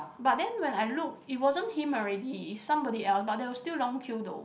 but then when I look it wasn't him already is somebody else but there was still long queue though